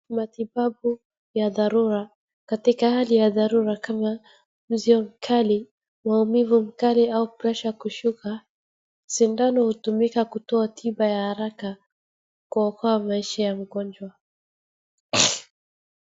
Matibabu ya dharura katika hali ya dharura kama mwili mkali, maumivu mkali au presha kushuka. Sindano hutumika kutoa tiba ya haraka kuokoa maisha ya mgonjwa.